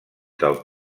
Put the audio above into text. del